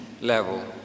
level